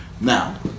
Now